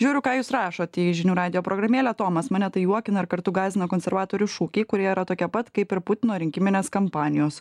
žiūriu ką jūs rašot į žinių radijo programėlę tomas mane tai juokina ir kartu gąsdina konservatorių šūkiai kurie yra tokie pat kaip ir putino rinkiminės kampanijos